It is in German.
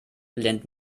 lernt